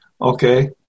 Okay